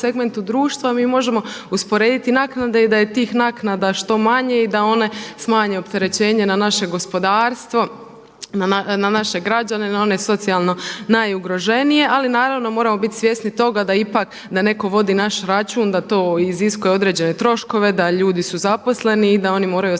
segmentu društva mi možemo usporediti naknade i da je tih naknada što manje i da one smanje opterećenje na naše gospodarstvo, na naše građane, na one socijalno najugroženije ali naravno moramo biti svjesni toga da ipak, da netko vodi naš račun, da to iziskuje određene troškove, da ljudi su zaposleni i da oni moraju ostvarivati